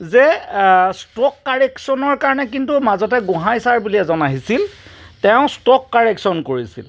যে ষ্ট'ক কাৰেকশ্যনৰ কাৰণে কিন্তু মাজতে গোহাঁই ছাৰ বুলি এজন আহিছিল তেওঁ ষ্ট'ক কাৰেকশ্যন কৰিছিল